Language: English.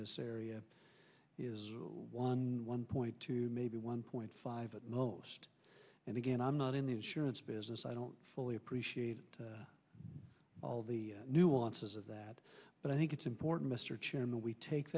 this area is one one point two maybe one point five at most and again i'm not in the insurance business i don't fully appreciate all the nuances of that but i think it's important to search in the we take